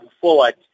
forward